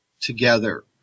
together